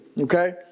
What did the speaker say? Okay